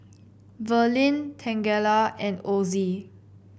Verlin Tangela and Osie